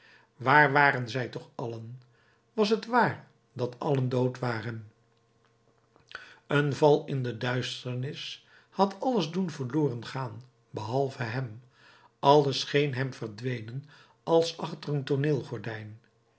waar waren zij toch allen was het waar dat allen dood waren een val in de duisternis had alles doen verloren gaan behalve hem alles scheen hem verdwenen als achter